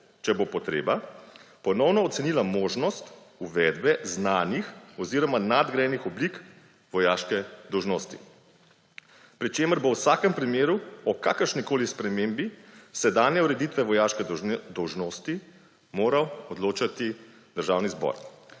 če bo potreba, ponovno ocenila možnost uvedbe znanih oziroma nadgrajenih oblik vojaške dolžnosti, pri čemer bo v vsakem primeru o kakršnikoli spremembi sedanje ureditve vojaške dolžnosti moral odločati Državni zbor.